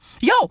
yo